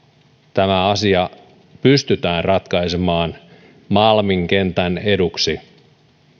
tämä asia pystytään ratkaisemaan malmin kentän eduksi